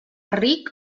ric